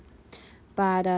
but